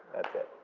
that's it.